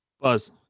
Buzz